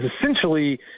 essentially